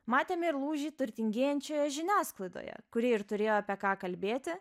matėme ir lūžį turtingėjančioje žiniasklaidoje kuri ir turėjo apie ką kalbėti